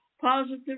positive